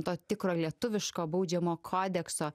to tikro lietuviško baudžiamo kodekso